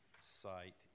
site